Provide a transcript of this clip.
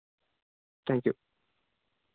thank you